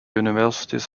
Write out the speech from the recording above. universities